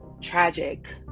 tragic